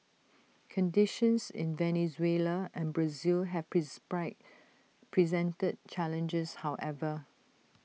conditions in Venezuela and Brazil have presented challenges however